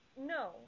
No